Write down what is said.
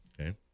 Okay